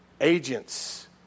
agents